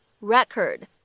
record